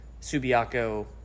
Subiaco